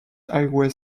highway